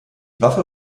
waffe